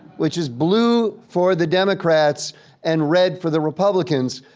which is blue for the democrats and red for the republicans.